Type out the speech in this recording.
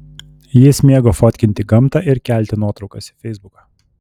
jis mėgo fotkinti gamtą ir kelti nuotraukas į feisbuką